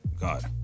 God